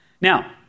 Now